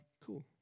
Cool